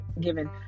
given